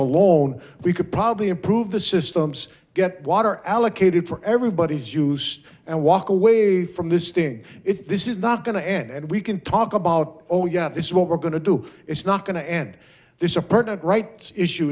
alone we could probably improve the systems get the water allocated for everybody's use and walk away from this thing if this is not going to end and we can talk about oh yeah this is what we're going to do it's not going to end there's a part of rights issue